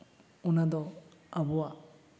ᱚᱱᱟᱫᱚ ᱟᱵᱚᱣᱟᱜ